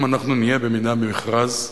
אם אנחנו נהיה מדינה במכרז,